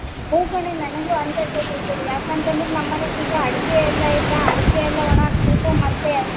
ಹ್ಞೂ ಕಣೆ ನನಗೂ ಅಂಥದ್ದೇ ಬೇಕು ಯಾಕಂತಂದ್ರೆ ನಮ್ಮ ಮನೆಗೆ ಈಗ ಅಡಿಕೆ ಎಲ್ಲ ಐತ ಅಡಿಕೆ ಎಲ್ಲ ಒಣ ಹಾಕ್ಬೇಕು ಮತ್ತು